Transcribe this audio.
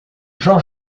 jean